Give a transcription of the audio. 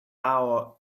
our